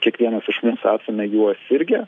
kiekvienas iš mūsų esame juo sirgę